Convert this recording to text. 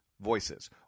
voices